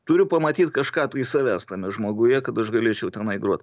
turiu pamatyt kažką iš savęs tame žmoguje kad aš galėčiau tenai grot